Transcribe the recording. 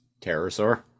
pterosaur